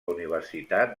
universitat